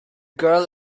girl